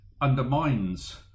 undermines